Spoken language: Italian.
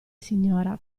signora